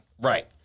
Right